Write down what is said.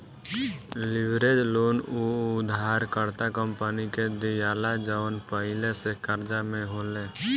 leverage loan उ उधारकर्ता company के दीआला जवन पहिले से कर्जा में होले